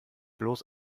bloß